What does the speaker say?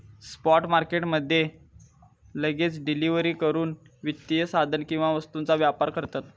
spot market मध्ये लगेच delivery करूक वित्तीय साधन किंवा वस्तूंचा व्यापार करतत